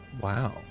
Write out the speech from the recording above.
Wow